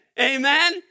Amen